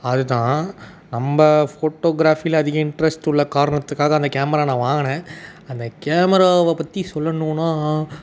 அது தான் நம்ம ஃபோட்டோகிராஃபில் அதிக இன்ட்ரெஸ்ட் உள்ள காரணத்துக்காக அந்த கேமரா நான் வாங்கினேன் அந்த கேமராவை பற்றி சொல்லணுன்னா